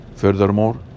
Furthermore